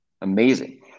amazing